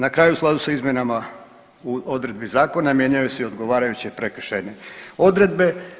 Na kraju u skladu sa izmjenama odredbi zakona mijenjaju se i odgovarajuće prekršajne odredbe.